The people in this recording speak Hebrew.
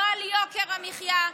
לא על יוקר המחיה.